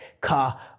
car